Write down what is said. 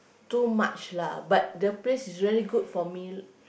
too much lah but the place is really good for meal